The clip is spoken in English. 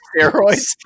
steroids